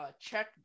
check